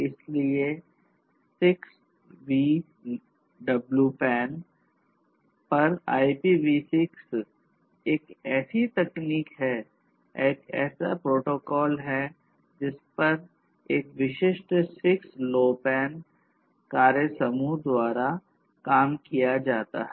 इसलिए 6vWPAN पर IPv6 एक ऐसी तकनीक है ऐसा एक प्रोटोकॉल जिस पर एक विशिष्ट 6LoWPAN कार्य समूह द्वारा काम किया जा रहा है